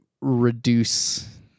reduce